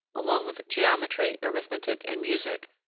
along with geometry, arithmetic, and music,